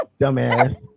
Dumbass